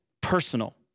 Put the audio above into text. personal